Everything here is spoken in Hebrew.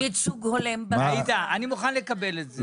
אני מוכן לקבל את זה.